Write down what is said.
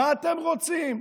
מה אתם רוצים?